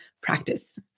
practice